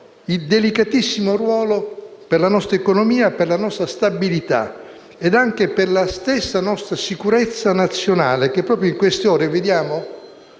il delicatissimo ruolo per la nostra economia e stabilità e anche per la stessa nostra sicurezza nazionale, che proprio in queste ore vediamo